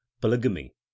Polygamy